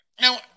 now